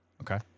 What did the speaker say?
Okay